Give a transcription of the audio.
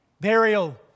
burial